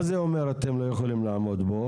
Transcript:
מה זאת אומרת שאתם לא יכולים לעמוד בו?